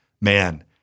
Man